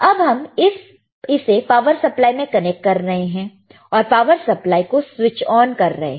अब हम इसे पावर सप्लाई में कनेक्ट कर रहे हैं और पावर सप्लाई को स्विच ऑन कर रहे हैं